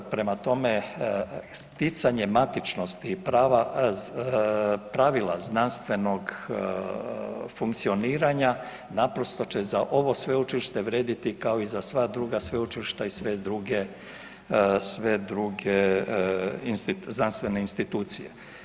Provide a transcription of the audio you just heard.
Prema tome, sticanje matičnosti i prava, pravila znanstvenog funkcioniranja naprosto će za ovo sveučilište vrijediti kao i za sva druga sveučilišta i sve druge, sve druge znanstvene institucije.